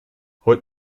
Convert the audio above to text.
holt